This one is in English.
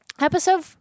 episode